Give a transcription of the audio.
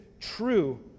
true